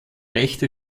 rechte